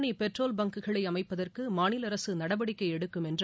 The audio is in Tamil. சிந்தாமணி பெட்ரோல் பங்குகளை அமைப்பதற்கு மாநில அரசு நடவடிக்கை எடுக்கும் என்று